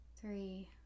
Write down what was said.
three